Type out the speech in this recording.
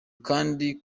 kandi